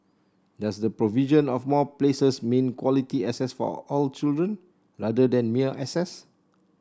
does the provision of more places mean quality access for all children rather than mere access